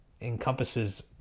encompasses